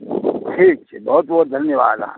ठीक छै बहुत बहुत धन्यवाद अहाॅंके